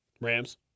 Rams